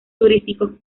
turísticos